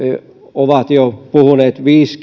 ovat puhuneet jo viisi